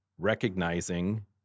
recognizing